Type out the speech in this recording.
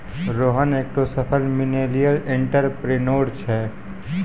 रोहन एकठो सफल millennial entrepreneur छै